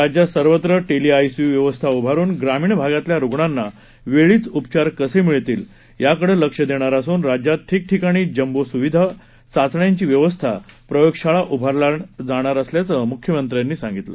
राज्यात सर्वत्र टेलीआयसीयू व्यवस्था उभारून ग्रामीण भागातल्या रुग्णांना वेळीच उपचार कसे मिळतील याकडे लक्ष देणार असून राज्यात ठिकठिकाणी जम्बो सुविधा चाचण्यांची व्यवस्था प्रयोगशाळा उभारल्या असल्याचं मुख्यमंत्र्यांनी सांगितलं